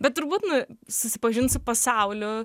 bet turbūt nu susipažint su pasauliu